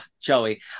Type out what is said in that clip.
Joey